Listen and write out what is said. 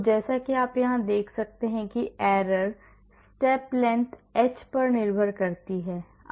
तो जैसा कि आप देख सकते हैं कि error step length h पर निर्भर करती है